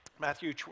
Matthew